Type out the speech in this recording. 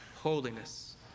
holiness